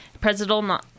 presidential